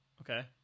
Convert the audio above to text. Okay